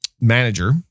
manager